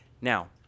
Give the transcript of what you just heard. Now